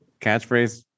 catchphrase